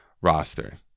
roster